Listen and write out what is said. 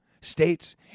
states